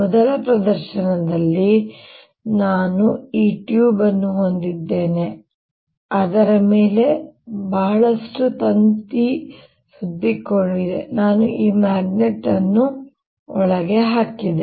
ಮೊದಲ ಪ್ರದರ್ಶನದಲ್ಲಿ ನಾನು ಈ ಟ್ಯೂಬ್ ಅನ್ನು ಹೊಂದಿದ್ದೇನೆ ಅದರ ಮೇಲೆ ಬಹಳಷ್ಟು ತಂತಿ ಸುತ್ತಿಕೊಂಡಿದೆ ನಾನು ಈ ಮ್ಯಾಗ್ನೆಟ್ ಅನ್ನು ಒಳಗೆ ಹಾಕಿದೆ